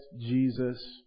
Jesus